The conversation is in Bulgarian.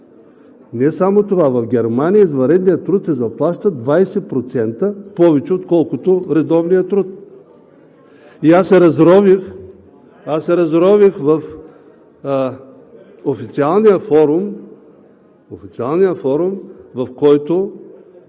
Не само това, в Германия извънредният труд се заплаща 20% повече, отколкото редовният. Аз се разрових в официалния форум, в който